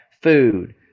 food